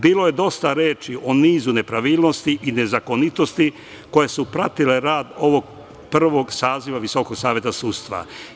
Bilo je dosta reči o nizu nepravilnosti i nezakonitosti koje su pratile rad ovog prvog saziva Visokog saveta sudstva.